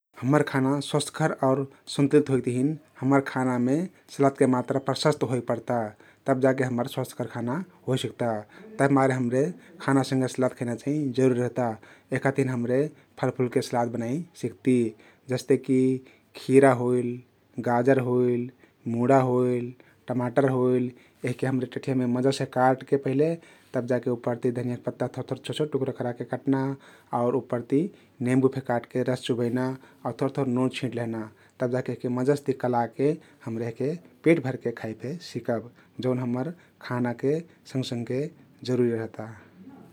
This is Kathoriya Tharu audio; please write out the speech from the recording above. हम्मर खाना स्वस्थकर आउ सन्तुलित होइक तहिन खानामे सलादके मात्रा प्रशस्त होइक पर्ता तब जाके हम्मर स्वस्थकर खना होइसिक्ता । तभिमारे हम्रे खाना सँघे सलाद खैना जरुरी रहता । यहका तहिन हम्रे फलफुलके सलाद बनाइ सिख्ती । जस्ते कि खिरा होइल, गाजर होइल, मुडा होइल टमाटर होइल यहके हम्रे टठियम मजासे काटके पहिले तब जाके उपरति धनियाँक पत्ता थोर थोर छोट छोट टुक्रा कराके काट्ना आउ उपरति नेंबु फे काटके रस चुबैना आउ थोर थोर नोन छिंट लेहना तब जाके यहके मजस्ति कलाके हम्रे यहके पेट भरके खाइ फे सिकब जउन हम्मर खानाके सँघसँघे जरुरी रहता ।